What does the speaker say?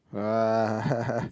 !wah!